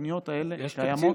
התוכניות האלה קיימות.